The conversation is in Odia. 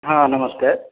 ହଁ ନମସ୍କାର